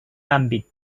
àmbit